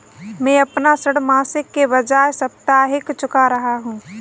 मैं अपना ऋण मासिक के बजाय साप्ताहिक चुका रहा हूँ